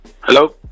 Hello